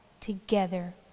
together